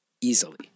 easily